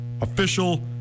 official